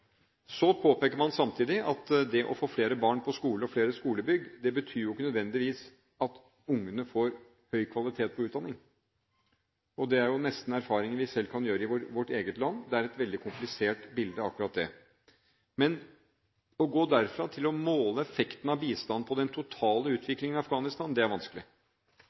Så påpeker man samtidig at det å få flere barn på skolen og flere skolebygg betyr ikke nødvendigvis at ungene får høy kvalitet på utdanningen. Det er jo nesten erfaringer vi kan gjøre i vårt eget land – det er et veldig komplisert bilde akkurat det. Men å gå derfra til å måle effekten av bistanden på den totale utviklingen i Afghanistan er vanskelig. Det er